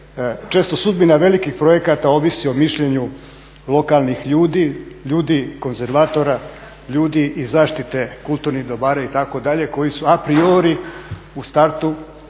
često sudbina velikih projekata ovisi o mišljenju lokalnih ljudi, ljudi konzervatora, ljudi i zaštite kulturnih dobara itd. koji su a priori u startu